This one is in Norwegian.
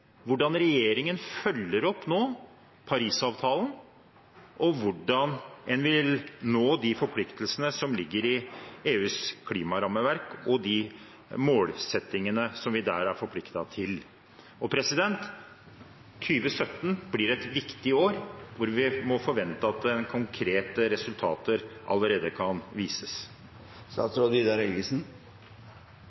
hvordan regjeringen nå følger opp Paris-avtalen, og hvordan en vil nå de forpliktelsene som ligger i EUs klimarammeverk og de målsettingene som vi der er forpliktet av. 2017 blir et viktig år, som vi må forvente allerede viser konkrete resultater.